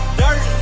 dirt